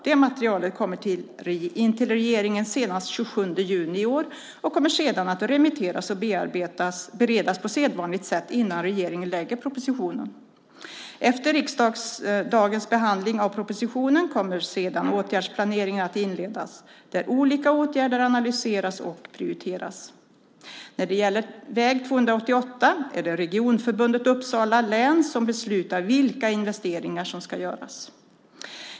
Det materialet kommer in till regeringen senast den 27 juni i år och kommer sedan att remitteras och beredas på sedvanligt sätt innan regeringen lägger fram propositionen. Efter riksdagens behandling av propositionen kommer sedan åtgärdsplaneringen att inledas, där olika åtgärder analyseras och prioriteras. När det gäller väg 288 är det Regionförbundet Uppsala län som beslutar vilka investeringar som ska göras.